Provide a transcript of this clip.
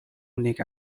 үнийг